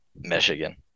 Michigan